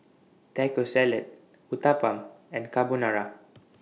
Taco Salad Uthapam and Carbonara